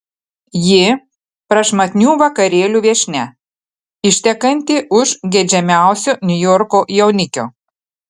ji prašmatnių vakarėlių viešnia ištekanti už geidžiamiausio niujorko jaunikio